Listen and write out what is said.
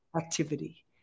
Activity